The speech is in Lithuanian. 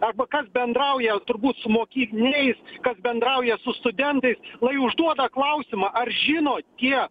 arba kas bendrauja turbūt su mokiniais kas bendrauja su studentais lai užduoda klausimą ar žino tie